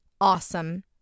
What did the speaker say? awesome